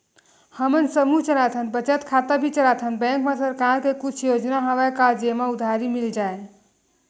हमन समूह चलाथन बचत खाता भी चलाथन बैंक मा सरकार के कुछ योजना हवय का जेमा उधारी मिल जाय?